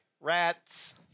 rats